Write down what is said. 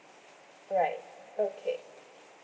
right okay